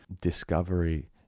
discovery